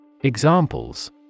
Examples